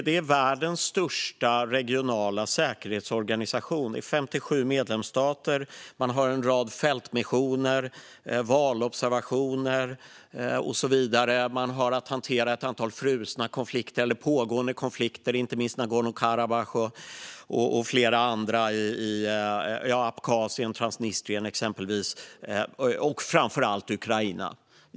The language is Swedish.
Det är världens största regionala säkerhetsorganisation med 57 medlemsstater. Man har en rad fältmissioner, valobservationer och så vidare. Man har att hantera ett antal frusna eller pågående konflikter, inte minst i Nagorno-Karabach, Abchazien, Transnistrien och givetvis Ukraina.